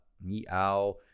Meow